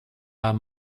are